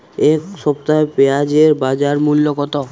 এ সপ্তাহে পেঁয়াজের বাজার মূল্য কত?